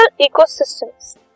ecosystems